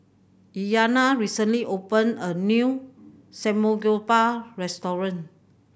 Iyanna recently opened a new Samgeyopsal restaurant